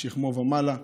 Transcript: משכמו ומעלה.